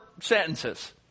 sentences